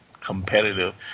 competitive